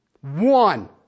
One